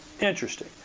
interesting